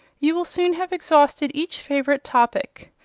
you will soon have exhausted each favourite topic.